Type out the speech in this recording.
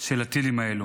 של הטילים האלו.